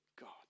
God